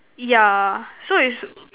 yeah so is